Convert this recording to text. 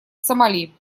сомали